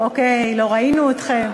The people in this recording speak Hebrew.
אוקיי, לא ראינו אתכם.